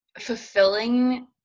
fulfilling